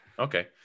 Okay